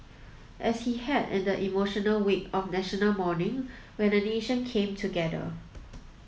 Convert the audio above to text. as he had in the emotional week of National Mourning when a nation came together